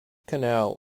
canal